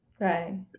Right